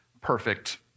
perfect